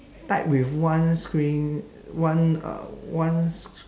tied with one string one uh one str~